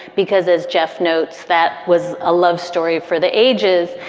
because as jeff notes, that was a love story for the ages.